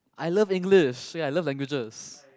I love English I love languages